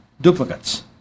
duplicates